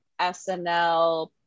SNL